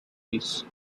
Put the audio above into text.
peace